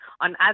on